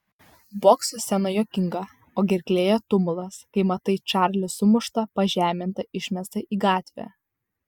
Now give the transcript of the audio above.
bokso scena juokinga o gerklėje tumulas kai matai čarlį sumuštą pažemintą išmestą į gatvę